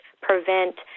prevent